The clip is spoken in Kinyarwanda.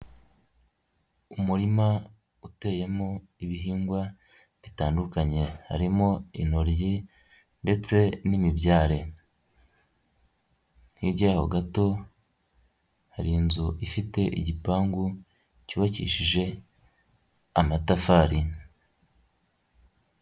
Umurima uteyemo ibihingwa bitandukanye harimo intoryi ndetse n'imibyare. Hirya yaho gato hari inzu ifite igipangu cyubakishije amatafari.